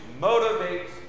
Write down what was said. motivates